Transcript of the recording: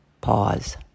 pause